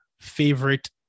favorite